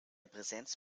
präsenz